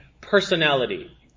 personality